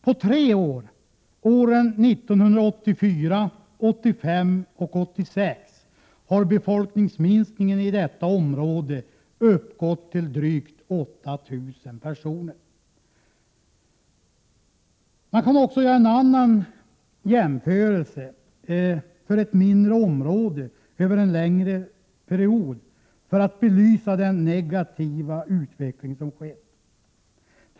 På tre år — åren 1984, 1985, 1986 — har befolkningsminskningen i detta område uppgått till drygt 8 000 personer. Man kan också göra en jämförelse för ett mindre område över en längre period för att belysa den negativa utveckling som skett.